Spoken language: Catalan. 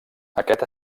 aquest